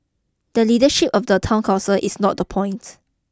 the leadership of the town council is not the point